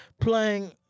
playing